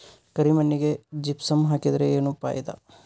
ಕರಿ ಮಣ್ಣಿಗೆ ಜಿಪ್ಸಮ್ ಹಾಕಿದರೆ ಏನ್ ಫಾಯಿದಾ?